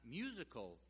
musical